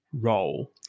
role